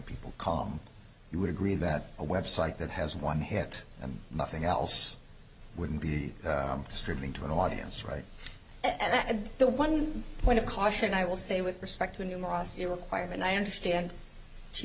people call you would agree that a website that has one hit and nothing else wouldn't be streaming to an audience right at the one point of caution i will say with respect to numerosity requirement i understand she